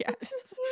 yes